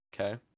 Okay